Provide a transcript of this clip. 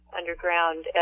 underground